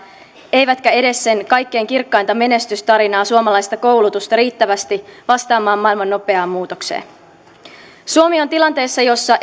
eivätkä edes sen kaikkein kirkkainta menestystarinaa suomalaista koulutusta riittävästi vastaamaan maailman nopeaan muutokseen suomi on tilanteessa jossa